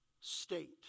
state